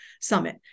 summit